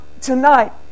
tonight